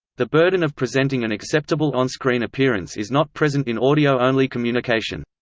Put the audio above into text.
the burden of presenting an acceptable on-screen appearance is not present in audio-only communication.